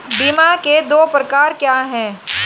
बीमा के दो प्रकार क्या हैं?